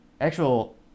actual